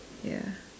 ya